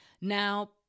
Now